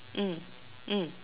mm mm